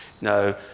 no